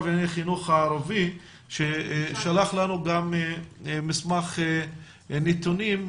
לענייני החינוך הערבי ששלח לנו גם מסמך נתונים,